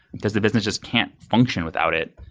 because the business just can't function without it.